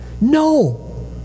No